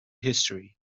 history